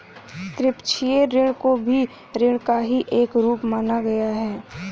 द्विपक्षीय ऋण को भी ऋण का ही एक रूप माना गया है